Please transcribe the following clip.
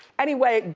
anyway,